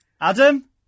Adam